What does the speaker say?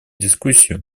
дискуссию